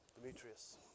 Demetrius